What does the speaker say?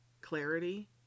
clarity